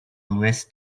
l’ouest